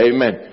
Amen